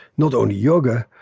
not only yoga.